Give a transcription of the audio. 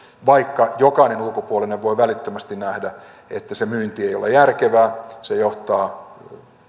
vaikka jokainen ulkopuolinen voi välittömästi nähdä että se myynti ei ole järkevää se johtaa